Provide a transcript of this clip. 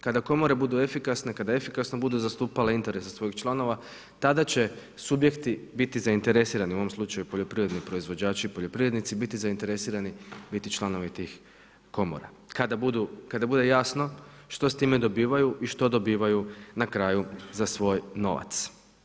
Kada komore budu efikasne, kada efikasno budu zastupale interese svojih članova, tada će subjekti biti zainteresirani, u ovom slučaju poljoprivredni proizvođači i poljoprivrednici, biti zainteresirani biti članovi tih komora, kada bude jasno što s time dobivaju i što dobivaju na kraju za svoj novac.